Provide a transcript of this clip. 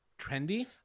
trendy